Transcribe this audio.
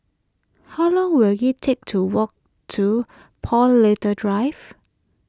how long will it take to walk to Paul Little Drive